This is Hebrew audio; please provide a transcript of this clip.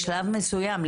בשלב מסויים,